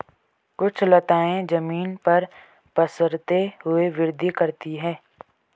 कुछ लताएं जमीन पर पसरते हुए वृद्धि करती हैं